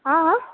ఆ